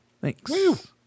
Thanks